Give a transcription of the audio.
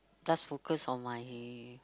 just focus on my